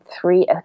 three